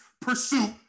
pursuit